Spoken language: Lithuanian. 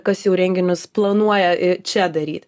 kas jau renginius planuoja čia daryt